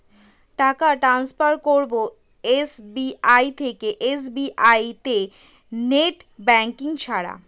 টাকা টান্সফার করব এস.বি.আই থেকে এস.বি.আই তে নেট ব্যাঙ্কিং ছাড়া?